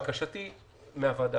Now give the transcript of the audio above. בקשתי מהוועדה,